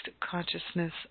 Consciousness